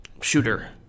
shooter